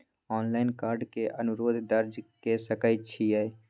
Online card के अनुरोध दर्ज के सकै छियै?